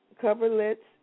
coverlets